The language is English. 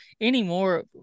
anymore